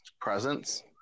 presence